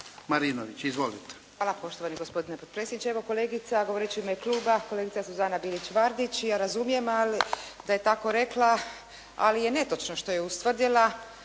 Marinović, Ingrid (SDP)** Hvala poštovani gospodine potpredsjedniče. Evo, kolegica govoreći u ime kluba, kolegica Suzana Bilić Vardić i ja razumijem da je tako rekla, ali je netočno što je ustvrdila.